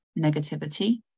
negativity